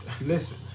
Listen